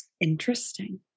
Interesting